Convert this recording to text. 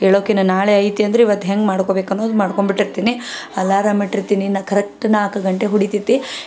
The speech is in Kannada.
ಏಳೋಕ್ಕಿನ್ನು ನಾಳೆ ಐತೆ ಅಂದ್ರೆ ಇವತ್ತು ಹೆಂಗೆ ಮಾಡ್ಕೊಳ್ಬೇಕು ಅನ್ನೋದು ಮಾಡ್ಕೊಂಡು ಬಿಟ್ಟಿರ್ತೀನಿ ಅಲರಾಮ್ ಇಟ್ಟಿರ್ತೀನಿ ಇನ್ನೂ ಕರೆಕ್ಟ್ ನಾಲ್ಕು ಗಂಟೆ ಹೊಡಿತೇತಿ